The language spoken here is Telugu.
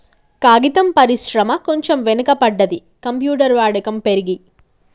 కాగితం పరిశ్రమ కొంచెం వెనక పడ్డది, కంప్యూటర్ వాడకం పెరిగి